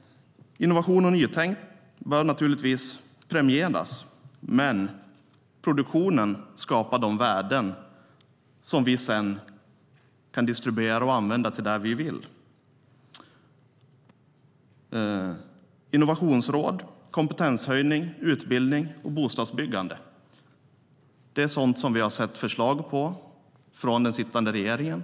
Innovation och nytänk bör premieras, men produktionen skapar de värden som vi sedan kan distribuera och använda till det vi vill. Innovationsråd, kompetenshöjning, utbildning och bostadsbyggande har vi sett förslag på från den sittande regeringen.